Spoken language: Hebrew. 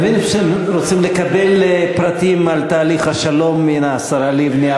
אני מבין שאתם רוצים לקבל פרטים על תהליך השלום מהשרה לבני,